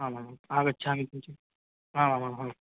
आमामाम् आगच्छामि किञ्चिद् आमामामाम्